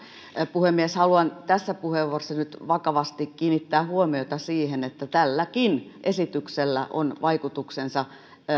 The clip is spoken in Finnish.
puhemies haluan tässä puheenvuorossa nyt vakavasti kiinnittää huomiota siihen että tälläkin esityksellä on vaikutuksensa